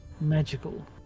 magical